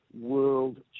World